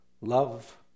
love